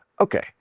Okay